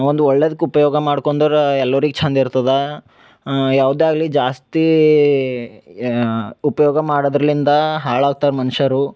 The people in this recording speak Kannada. ಒಂದು ಒಳ್ಳೆದ್ಕೆ ಉಪಯೋಗ ಮಾಡ್ಕೊಂಡರ ಎಲ್ಲರಿಗ್ ಚಂದ ಇರ್ತದೆ ಯಾವುದೇ ಆಗಲಿ ಜಾಸ್ತಿ ಯಾ ಉಪಯೋಗ ಮಾಡದರ್ಲಿಂದ ಹಾಳಾಗ್ತಾರ್ ಮನುಷ್ಯರು